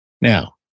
Now